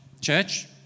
Church